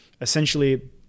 essentially